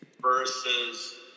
versus